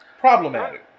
Problematic